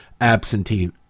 absentee